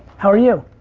how are you?